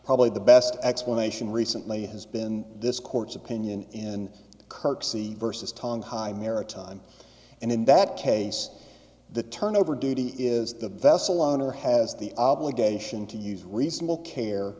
probably the best explanation recently has been this court's opinion in courtesy versus tong hi maritime and in that case the turnover duty is the vessel owner has the obligation to use reasonable care